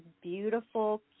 beautiful